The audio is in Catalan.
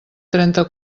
trenta